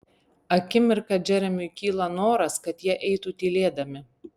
akimirką džeremiui kyla noras kad jie eitų tylėdami